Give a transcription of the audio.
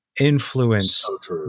influence